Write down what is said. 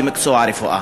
במקצוע הרפואה.